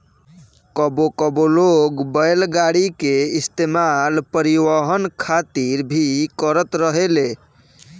कबो कबो लोग बैलगाड़ी के इस्तेमाल परिवहन खातिर भी करत रहेले